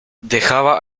dejaba